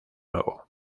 nuevo